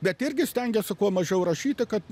bet irgi stengiuosi kuo mažiau rašyti kad